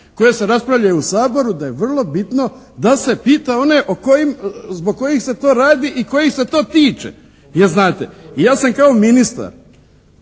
koja se raspravljaju u Saboru, da je vrlo bitno da se pita one zbog kojih se to radi i kojih se to tiče. Jer znate, ja sam kao ministar,